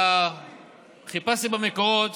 חיפשתי במקורות